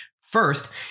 First